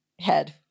head